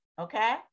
okay